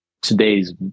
Today's